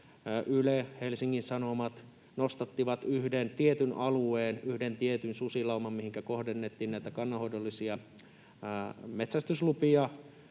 Yle, Helsingin Sanomat nostattivat yhden tietyn alueen ja yhden tietyn susilauman, mihinkä kohdennettiin näitä kannanhoidollisia metsästyslupia,